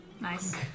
Nice